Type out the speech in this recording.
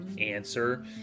answer